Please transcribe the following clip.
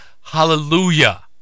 Hallelujah